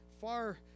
Far